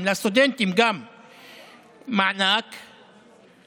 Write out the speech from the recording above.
אנחנו קודם הוספנו 13 חברי כנסת.